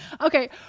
Okay